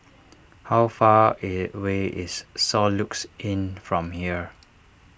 how far away is Soluxe Inn from here